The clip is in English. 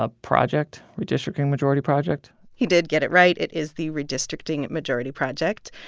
ah project redistricting majority project he did get it right. it is the redistricting majority project.